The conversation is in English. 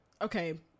okay